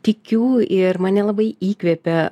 tikiu ir mane labai įkvepia